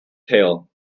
tale